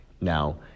Now